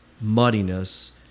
muddiness